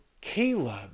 Caleb